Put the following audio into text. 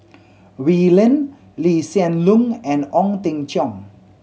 Oi Lin Lee Hsien Loong and Ong Teng Cheong